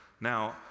Now